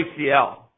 ACL